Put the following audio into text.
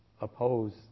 oppose